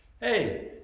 Hey